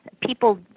people